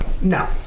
No